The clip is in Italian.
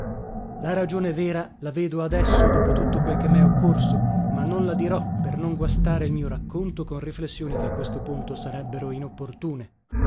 la ragione vera la vedo adesso dopo tutto quello che mè occorso ma non la dirò per non guastare il mio racconto con riflessioni che a questo punto sarebbero inopportune